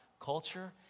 culture